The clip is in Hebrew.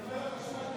התשפ"ג 2022,